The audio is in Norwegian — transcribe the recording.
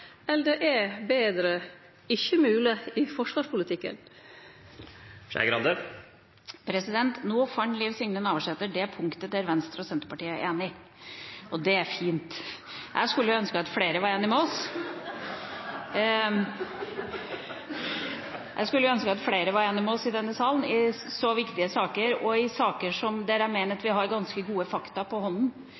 eller er her «bedre ikke mulig» innanfor forsvarspolitikken? Nå fant Liv Signe Navarsete det punktet der Venstre og Senterpartiet er enig, og det er fint. Jeg skulle ønske at flere var enige med oss i denne salen i så viktige saker, og i saker der jeg mener vi har ganske gode fakta på hånda. Det betyr at vi ikke har gitt oss på noe i noen forhandlinger på dette, og vi mener fortsatt at vi har ganske gode fakta på